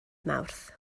mawrth